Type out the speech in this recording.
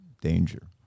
danger